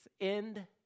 end